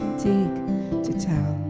take to town.